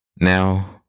Now